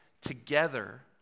together